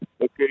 Okay